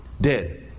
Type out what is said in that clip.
dead